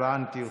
הבנתי אותך.